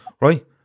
right